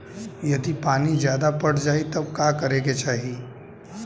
यदि पानी ज्यादा पट जायी तब का करे के चाही?